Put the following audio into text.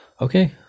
Okay